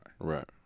Right